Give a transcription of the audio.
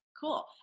Cool